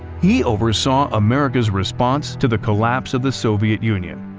he oversaw america's response to the collapse of the soviet union,